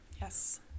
Yes